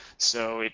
so,